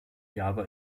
java